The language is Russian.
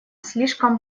слишком